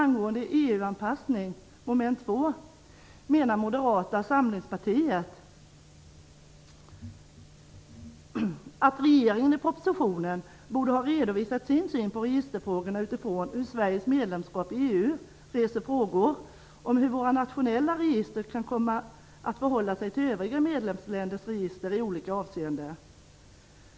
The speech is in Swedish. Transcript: anpassning menar Moderata samlingspartiet att regeringen i propositionen borde redovisat sin syn på registerfrågorna utifrån att Sveriges medlemskap i EU reser frågor om hur våra nationella register kan komma att förhålla sig till övriga medlemsländers register i olika avseenden.